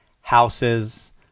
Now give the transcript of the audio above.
houses